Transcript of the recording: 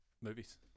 Movies